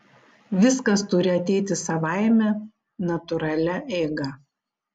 viskas turi ateiti savaime natūralia eiga